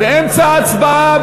באמצע ההצבעה,